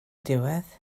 diwedd